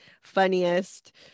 funniest